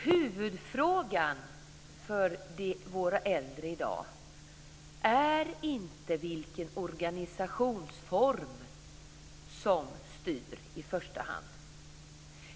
Huvudfrågan för våra äldre i dag är inte i första hand vilken organisationsform som styr.